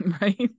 Right